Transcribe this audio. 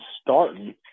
starting